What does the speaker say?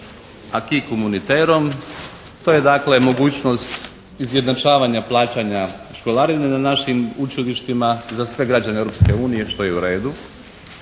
aquis comunitareom. To je dakle mogućnost izjednačavanja plaćanja školarine na našim učilištima za sve građane Europske unije što je i u redu.